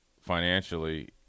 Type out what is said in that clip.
financially